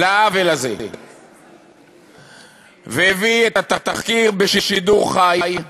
העוול הזה והביא את התחקיר בשידור חי.